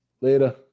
Later